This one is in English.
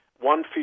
One